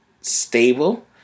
stable